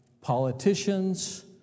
politicians